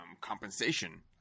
compensation